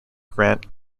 grant